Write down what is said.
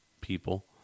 people